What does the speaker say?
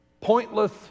pointless